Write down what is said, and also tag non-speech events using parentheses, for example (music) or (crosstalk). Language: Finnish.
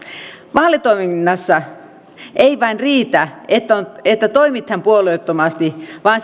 vaalitoiminnassa ei vain riitä että toimitaan puolueettomasti vaan (unintelligible)